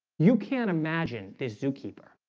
you can't imagine the zookeeper,